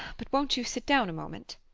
but won't you sit down a moment?